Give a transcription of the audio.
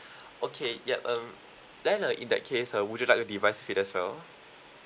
okay yup um then uh in that case uh would you like to be wide speed as well